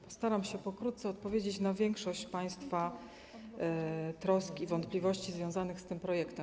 Postaram się pokrótce odpowiedzieć na większość państwa trosk i wątpliwości związanych z tym projektem.